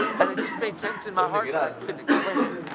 and it just made sense in my heart, but i couldn't explain it.